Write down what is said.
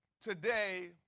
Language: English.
today